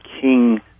king